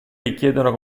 richiedono